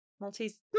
Maltese